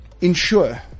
ensure